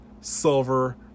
silver